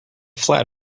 flat